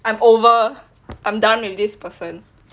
I'm over I'm done with this person